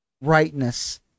rightness